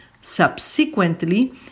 Subsequently